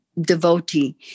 devotee